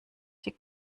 die